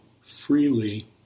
freely